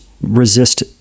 resist